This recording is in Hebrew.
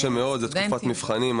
זה מקשה מאוד בתקופת מבחנים.